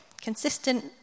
consistent